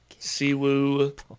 Siwoo